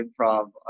improv